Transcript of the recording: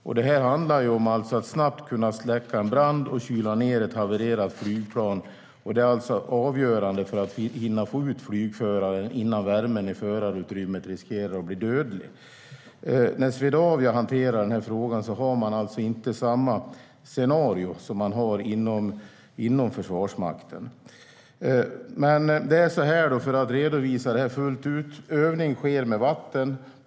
När Swedavia hanterar denna fråga har man alltså inte samma scenario som man har inom Försvarsmakten. För att redovisa detta fullt ut: Övning sker med vatten.